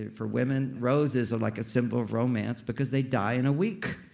for women, roses are like a symbol of romance because they die in a week.